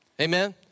Amen